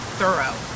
thorough